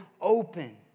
open